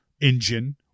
engine